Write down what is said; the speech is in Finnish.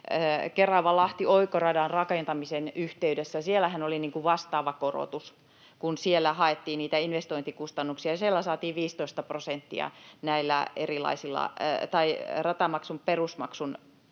Kerava—Lahti-oikoradan rakentamisen yhteydessä. Siellähän oli vastaava korotus, kun siellä haettiin niitä investointikustannuksia, ja siellä saatiin 15 prosenttia näillä ratamaksun perusmaksun